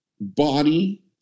body